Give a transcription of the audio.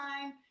time